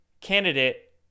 candidate